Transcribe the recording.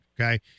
Okay